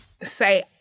say